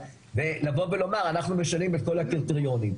ולבוא ולומר אנחנו משנים את כל הקריטריונים.